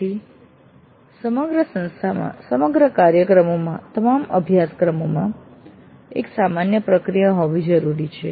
તેથી સમગ્ર સંસ્થામાં સમગ્ર કાર્યક્રમોમાં તમામ અભ્યાસક્રમોમાં એક સામાન્ય પ્રક્રિયા હોવી જરૂરી છે